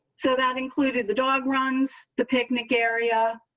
so that included the dog runs the picnic area.